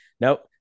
No